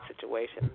situation